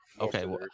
Okay